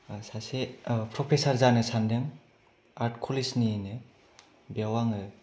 सासे प्रफेसार जानो सानदों आर्त कलेजनिनो बेयाव आङो